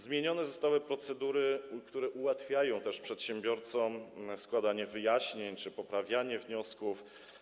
Zmienione zostały procedury, które ułatwiają przedsiębiorcom składanie wyjaśnień czy poprawianie wniosków.